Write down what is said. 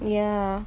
ya